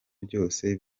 byose